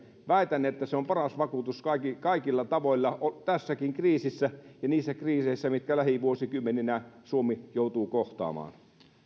väitän että se on paras vakuutus kaikilla tavoilla tässäkin kriisissä ja niissä kriiseissä mitkä lähivuosikymmeninä suomi joutuu kohtaamaan